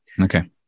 Okay